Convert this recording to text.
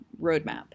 roadmap